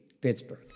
Pittsburgh